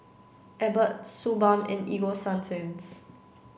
Abbott Suu balm and Ego Sunsense